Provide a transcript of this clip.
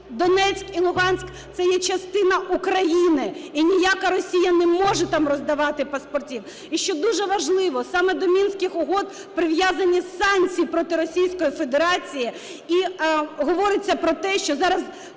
Донецьк і Луганськ – це є частина України, і ніяка Росія не може там роздавати паспортів. І що дуже важливо, саме до Мінських угод прив'язані санкції проти Російської Федерації, і говориться про те, що зараз,